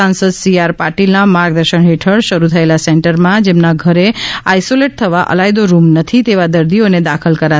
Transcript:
સાંસદ C R Patil ના માર્ગદર્શન હેઠળ શરૂ થયેલા સેન્ટર માં જેમના ઘરે આઈસોલેટ થવા અલાયદો રૂમ નથી તેવાં દર્દીઓ ને દાખલ કરાશે